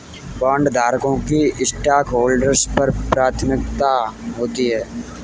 बॉन्डधारकों की स्टॉकहोल्डर्स पर प्राथमिकता होती है